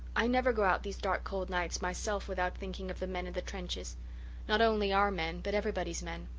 i never go out these dark cold nights myself without thinking of the men in the trenches not only our men but everybody's men.